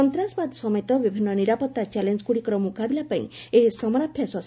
ସନ୍ତାସବାଦ ସମେତ ବିଭିନ୍ନ ନିରାପତ୍ତା ଚ୍ୟାଲେଞ୍ଜଗୁଡ଼ିକର ମୁକାବିଲା ପାଇଁ ଏହି ସମରାଭ୍ୟାସ ସାହାଯ୍ୟ କରିବ